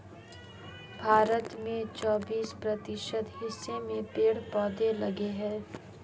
भारत के चौबिस प्रतिशत हिस्से में पेड़ पौधे लगे हैं